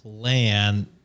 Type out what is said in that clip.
plan